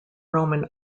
roman